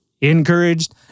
encouraged